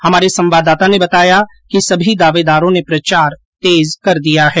हमारे संवाददाता ने बताया कि सभी दावेदारों ने प्रचार तेज कर दिया है